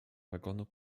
wagonu